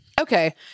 Okay